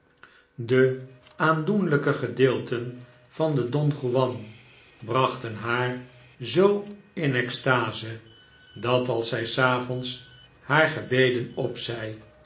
de aandoenlijke gedeelten van den don juan brachten haar zoo in extase dat als zij s avonds haar gebeden opzei